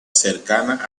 cercana